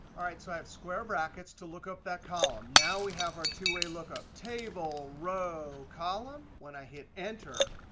all right, so i have square brackets to look up that column. now we have our two-way lookup table row column. when i hit enter,